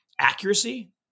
accuracy